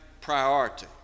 priority